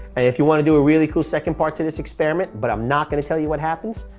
and if you want to do a really cool second part to this experiment, but i'm not going to tell you what happens.